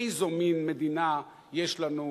איזה מין מדינה יש לנו,